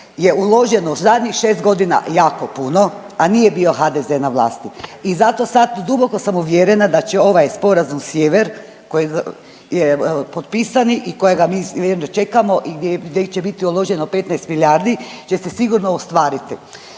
je uloženo zadnjih 6 godina jako puno, a nije bio HDZ na vlasti i zato sad duboko sam uvjerena da će ovaj sporazum sjever kojeg je potpisani i kojega mi vjerno čekamo i gdje će biti uloženo 15 milijardi će se sigurno ostvariti.